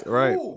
right